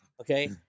okay